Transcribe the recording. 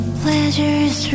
pleasures